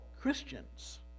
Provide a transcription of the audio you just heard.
Christians